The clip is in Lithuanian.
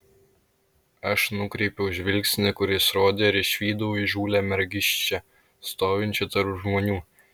aš nukreipiau žvilgsnį kur jis rodė ir išvydau įžūlią mergiščią stovinčią tarp žmonių